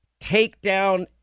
takedown